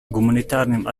гуманитарным